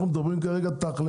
אנחנו מדברים תכל'ס,